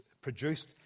produced